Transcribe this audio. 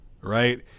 Right